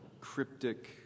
cryptic